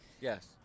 Yes